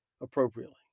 appropriately